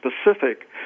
specific